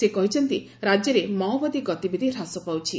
ସେ କହିଛନ୍ତି ରାକ୍ୟରେ ମାଓବାଦୀ ଗତିବିଧି ହ୍ରାସ ପାଉଛି